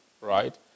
right